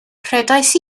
rhedais